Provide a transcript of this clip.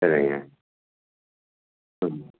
சரிங்க ம்